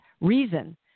reason